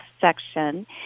section